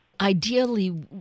ideally